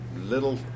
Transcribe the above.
little